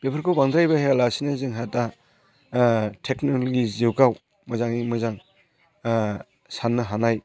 बेफोरखौ बांद्राय बाहायालासिनो जोंहा दा टेकन'लजियाव गाव मोजाङै मोजां साननो हानाय